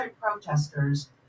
protesters